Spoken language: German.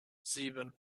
sieben